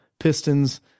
pistons